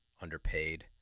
underpaid